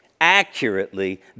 accurately